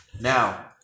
Now